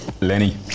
Lenny